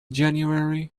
january